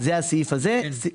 זה הסעיף הזה.